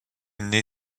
née